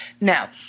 Now